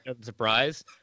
Surprise